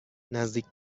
نزدیک